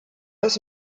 das